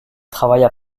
travailla